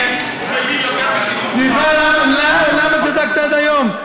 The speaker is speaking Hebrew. לשר, סליחה, למה שתקת עד היום?